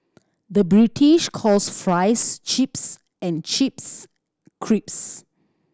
the British calls fries chips and chips crisps